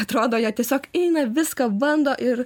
atrodo jie tiesiog eina viską bando ir